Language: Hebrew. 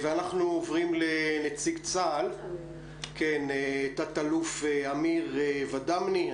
אנחנו עוברים לנציג צה"ל, תא"ל אמיר ודמני,